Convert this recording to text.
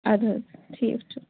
اَدٕ حظ ٹھیٖک چھُ